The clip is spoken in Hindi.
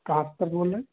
कहाँ स सर बोल रहे